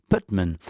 Putman